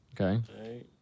Okay